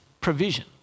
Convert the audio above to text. provision